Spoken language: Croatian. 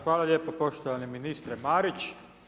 Hvala lijepa poštovani ministre Marić.